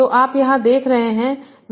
तो आप यहाँ क्या देख रहे हैं